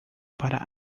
para